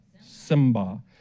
Simba